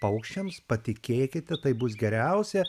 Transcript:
paukščiams patikėkite tai bus geriausia